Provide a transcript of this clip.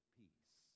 peace